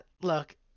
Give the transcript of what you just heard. Look